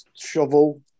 shovel